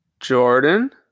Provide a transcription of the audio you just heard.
Jordan